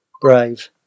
Brave